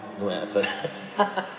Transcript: no efforts